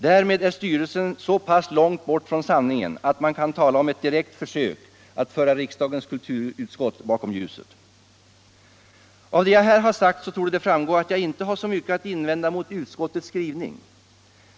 Därmed är styrelsen så pass långt borta från sanningen, att man kan tala om ett direkt försök att föra riksdagens kulturutskott bakom ljuset. Av det jag här har sagt torde det framgå, att jag inte har så mycket att invända mot utskottets skrivning.